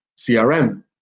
CRM